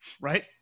right